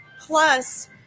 plus